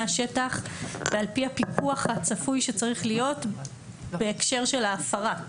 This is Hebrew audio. השטח ועל פי הפיקוח הצפוי שצריך להיות בהקשר של ההפרה.